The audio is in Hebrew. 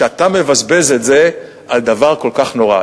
ואתה מבזבז את זה על דבר כל כך נורא.